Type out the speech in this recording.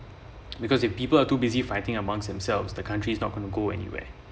because if people are too busy fighting amongst themselves the country's not gonna go anywhere